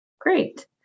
Great